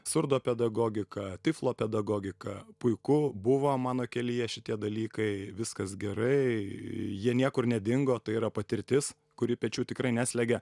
surdopedagogika tiflopedagogika puiku buvo mano kelyje šitie dalykai viskas gerai jie niekur nedingo tai yra patirtis kuri pečių tikrai neslegia